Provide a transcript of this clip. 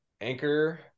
anchor